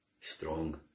strong